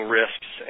risks